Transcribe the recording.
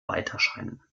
weiterscheinen